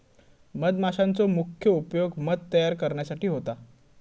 मधमाशांचो मुख्य उपयोग मध तयार करण्यासाठी होता